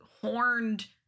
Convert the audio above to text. horned